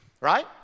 Right